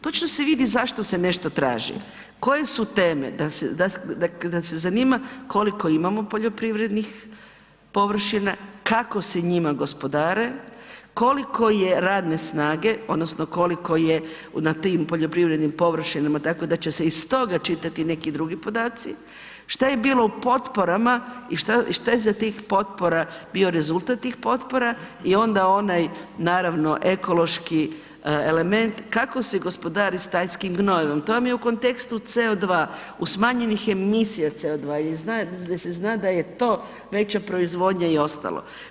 Točno se vidi zašto se nešto traži, koje su teme, da se zanima koliko imamo poljoprivrednih površina, kako se njima gospodare, koliko je radne snage, odnosno koliko je na tim poljoprivrednim površinama, tako da će se iz toga čitati neki drugi podaci, što je bilo u potporama i što je za tih potpora bio rezultat tih potpora i onda onaj, naravno ekološki element, kako se gospodari stajskim gnojivom, to vam je u kontekstu CO2, u smanjenih emisija CO2 jer se zna da je to veća proizvodnja i ostalo.